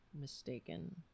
mistaken